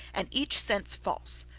and each sense false.